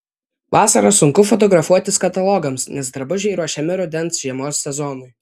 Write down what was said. vasarą sunku fotografuotis katalogams nes drabužiai ruošiami rudens žiemos sezonui